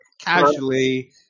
casually